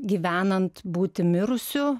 gyvenant būti mirusiu